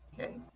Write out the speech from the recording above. Okay